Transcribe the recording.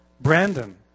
Brandon